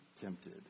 tempted